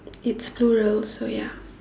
it's plural so ya